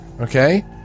okay